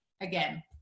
again